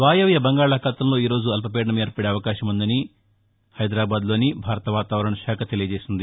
వాయవ్య బంగాళాఖాతంలో ఈరోజు అల్పపీడనం ఏర్పడే అవకాశం ఉందని హైదారాబాద్లోని భారత వాతావరణ కేందం తెలిపింది